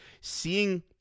seeing